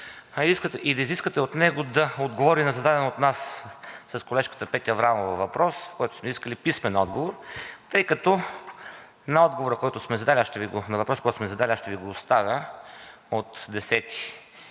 и да изискате от него да отговори на зададен от нас с колежката Петя Аврамова въпрос, на който сме искали писмен отговор, тъй като на въпроса, който сме задали – аз ще Ви го оставя, от 10